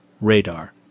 radar